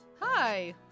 Hi